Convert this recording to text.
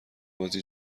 بازی